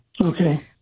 Okay